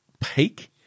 peak